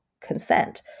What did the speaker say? consent